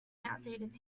outdated